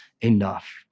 enough